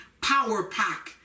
power-pack